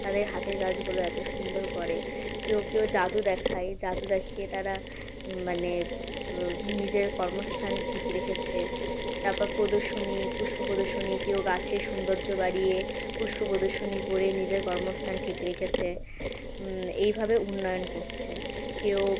তাদের হাতের কাজগুলো এতো সুন্দর করে কেউ কেউ জাদু দেখায় জাদু দেখিয়ে তারা মানে নিজের কর্মস্থান ঠিক রেখেছে তারপর প্রদর্শনী পুষ্প প্রদর্শনী কেউ গাছের সৌন্দর্য বাড়িয়ে পুষ্প প্রদর্শনী করে নিজের কর্মস্থান ঠিক রেখেছে এইভাবে উন্নয়ন করছে কেউ